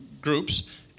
groups